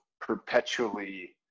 perpetually